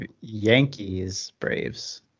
Yankees-Braves